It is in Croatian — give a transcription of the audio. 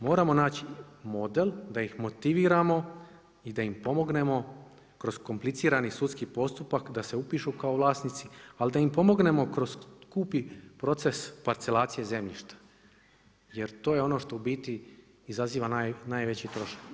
Moramo naći model da ih motiviramo i da im pomognemo kroz komplicirani sudski postupak da se upišu kao vlasnici, ali da im pomognemo kroz skupi proces parcelacije zemljišta jer to je ono što u biti izaziva najveći trošak.